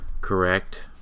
correct